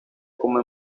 como